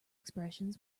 expression